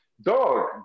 Dog